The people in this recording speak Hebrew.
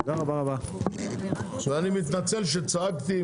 אני מתנצל שצעקתי.